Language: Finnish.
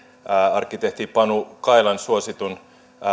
arkkitehti panu kailan suositulle